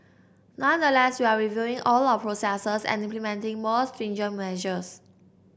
nonetheless we are reviewing all our processes and implementing more stringent measures